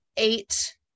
eight